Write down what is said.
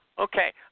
Okay